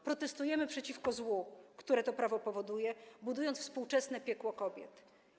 Protestujemy przeciwko złu, które to prawo powoduje, budując współczesne piekło kobiet.